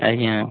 ଆଜ୍ଞା